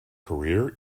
career